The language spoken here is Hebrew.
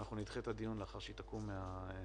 אנחנו נדחה את הדיון לאחר שהיא תקום מהשבעה.